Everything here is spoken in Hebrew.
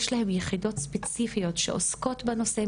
יש להם יחידות ספציפיות שעוסקות בנושא,